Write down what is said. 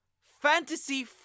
fantasy